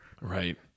Right